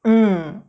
mm